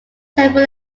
temple